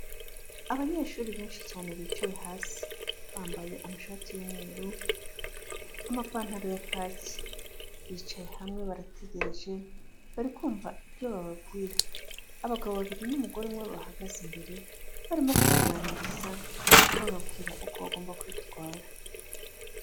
Abanyeshuri benshi cyane bicaye hasi bambaye amashati y'umweru, amapantaro ya kacyi bicaye hamwe barategereje bari kumva ibyo bababwira, abagabo babiri n'umugore umwe bahagaze imbere barimo kubaganiriza bababwira uko bagomba kwitwara.